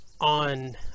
on